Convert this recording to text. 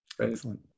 Excellent